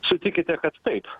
sutikite kad taip